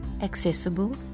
accessible